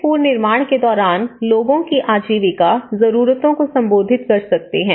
फिर पुनर्निर्माण के दौरान लोगों की आजीविका जरूरतों को संबोधित कर सकते हैं